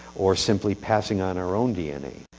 or simply passing on our own dna.